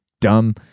dumb